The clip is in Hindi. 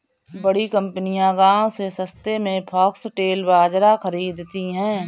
बड़ी कंपनियां गांव से सस्ते में फॉक्सटेल बाजरा खरीदती हैं